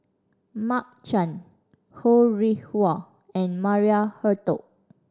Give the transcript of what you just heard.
Mark Chan Ho Rih Hwa and Maria Hertogh